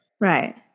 Right